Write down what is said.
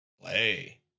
play